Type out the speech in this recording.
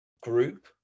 group